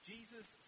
Jesus